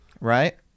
right